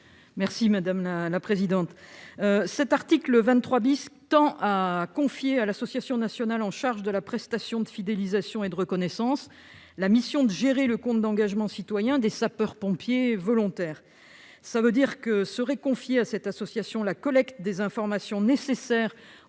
Mme Laurence Harribey. L'article 23 tend à confier à l'Association nationale pour la prestation de fidélisation et de reconnaissance la mission de gérer le compte d'engagement citoyen des sapeurs-pompiers volontaires. Serait ainsi confiée à cette association la collecte des informations nécessaires